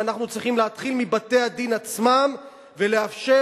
אנחנו צריכים להתחיל מבתי-הדין עצמם ולאפשר